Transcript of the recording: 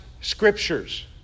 Scriptures